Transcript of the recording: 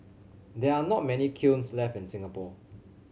there are not many kilns left in Singapore